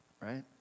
right